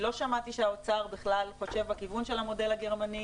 אני לא שמעתי שהאוצר בכלל חושב בכיוון של המודל הגרמני.